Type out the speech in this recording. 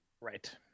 right